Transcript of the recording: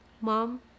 Mom